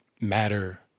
matter